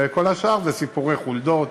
וכל השאר זה סיפורי חולדות,